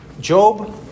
Job